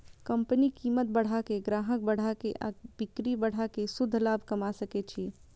company कीमत बढ़ा के, ग्राहक बढ़ा के आ बिक्री बढ़ा कें शुद्ध लाभ कमा सकै छै